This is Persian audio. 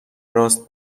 راست